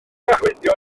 arwyddion